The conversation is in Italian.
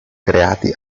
creati